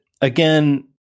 Again